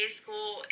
school